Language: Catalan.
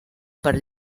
per